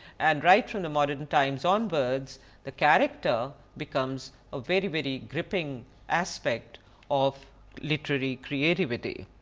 and right from the modern times onwards the character becomes a very very gripping aspect of literary creativity.